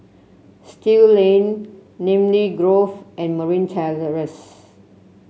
Still Lane Namly Grove and Marine Terrace